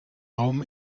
raum